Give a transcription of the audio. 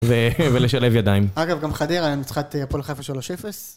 ו... ולשלב ידיים. אגב, גם חדרה, ניצחה את הפועל חיפה שלוש אפס.